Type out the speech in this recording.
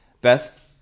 Beth